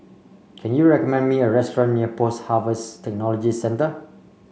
can you recommend me a restaurant near Post Harvest Technology Centre